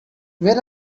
where